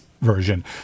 version